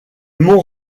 mont